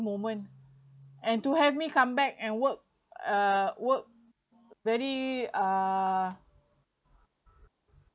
moment and to have me come back and work uh work very uh